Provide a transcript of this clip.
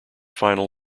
final